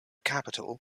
capitol